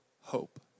hope